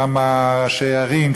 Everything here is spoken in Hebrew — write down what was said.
כמה ראשי ערים,